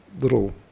little